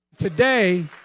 today